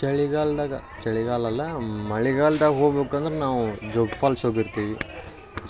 ಚಳಿಗಾಲದಾಗ ಚಳಿಗಾಲಲ್ಲ ಮಳಿಗಾಲ್ದಾಗ ಹೋಗ್ಬೇಕಂದ್ರೆ ನಾವು ಜೋಗ್ ಫಾಲ್ಸ್ ಹೋಗಿರ್ತಿವಿ